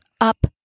up